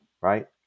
right